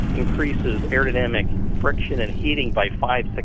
increases aerodynamic friction and heating by five, ah